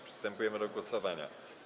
Przystępujemy go głosowania.